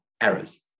errors